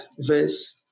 verse